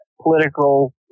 political